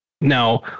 Now